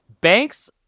banks